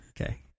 Okay